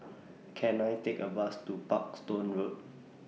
Can I Take A Bus to Parkstone Road